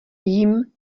jim